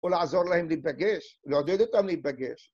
או לעזור להם להיפגש, לעודד איתם להיפגש.